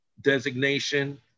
designation